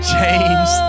Change